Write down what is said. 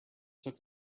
took